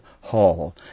Hall